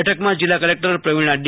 બેઠકમાં જિલ્લા collector Pravina D